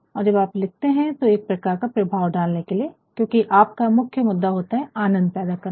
और जब आप लिखते है तो एक प्रकार का प्रभाव डालने के लिए क्योकि आपका मुख्य मुद्दा होता है आनंद पैदा करना